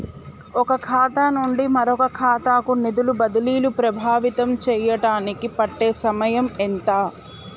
ఒక ఖాతా నుండి మరొక ఖాతా కు నిధులు బదిలీలు ప్రభావితం చేయటానికి పట్టే సమయం ఎంత?